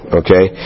okay